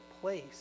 place